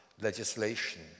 legislation